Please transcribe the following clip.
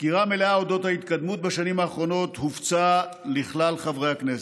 סקירה מלאה על ההתקדמות בשנים האחרונות הופצה לכלל חברי הכנסת.